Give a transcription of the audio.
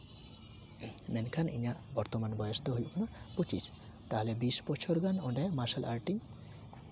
ᱢᱮᱱᱠᱷᱟᱱ ᱤᱧᱟᱹᱜ ᱵᱚᱨᱛᱚᱢᱟᱱ ᱵᱚᱭᱚᱥ ᱫᱚ ᱦᱩᱭᱩᱜ ᱠᱟᱱᱟ ᱯᱚᱸᱪᱤᱥ ᱛᱟᱦᱚᱞᱮ ᱵᱤᱥ ᱵᱚᱪᱷᱚᱨ ᱜᱟᱱ ᱚᱸᱰᱮ ᱢᱟᱨᱥᱟᱞ ᱟᱨᱴ ᱤᱧ